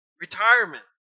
Retirement